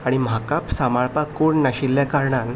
आनी म्हाका सांबाळपाक कोण नाशिल्ल्या कारणान